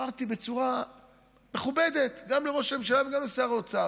אמרתי בצורה מכובדת גם לראש הממשלה וגם לשר האוצר: